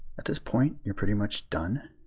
at this point, you are pretty much done.